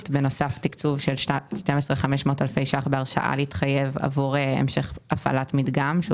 ותקצוב של 12,500 אלפי ש"ח בהרשאה להתחייב עבור המשך הפעלת מדגם.